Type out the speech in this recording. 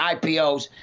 IPOs